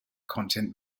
content